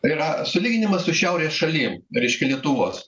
tai yra sulyginimas su šiaurės šalim reiškia lietuvos